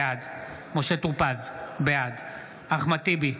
בעד משה טור פז, בעד אחמד טיבי,